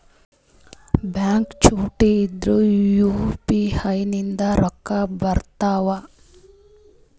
Bank ಚುಟ್ಟಿ ಇದ್ರೂ UPI ನಿಂದ ರೊಕ್ಕ ಬರ್ತಾವಾ?